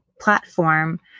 platform